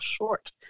short